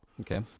Okay